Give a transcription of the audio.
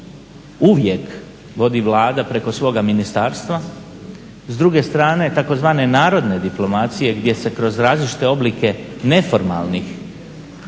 uvijek vodi Vlada preko svoga ministarstva s druge strane tzv. narodne diplomacije gdje se kroz različite oblike neformalnih